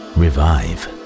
revive